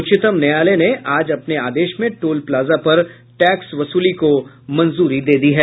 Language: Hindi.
उच्चतम न्यायालय ने आज अपने आदेश में टोल प्लाजा पर टैक्स वसूली को मंजूरी दे दी है